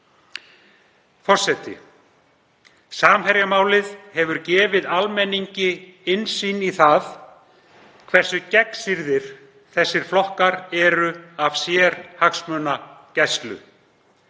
Forseti. Samherjamálið hefur gefið almenningi innsýn í það hversu gegnsýrðir þessir flokkar eru af sérhagsmunagæslu.